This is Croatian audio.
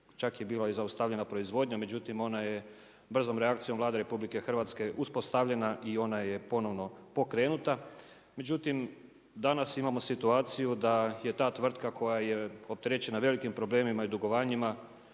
čak je bila zaustavljena i proizvodnja međutim ona je brzom reakcijom Vlade RH uspostavljena i ona je ponovno pokrenuta. Međutim, danas imamo situaciju da je ta tvrtka koja je opterećena velikim problemima i dugovanjima,